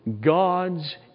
God's